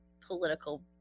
political